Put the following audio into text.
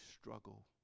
struggle